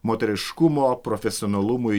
moteriškumo profesionalumui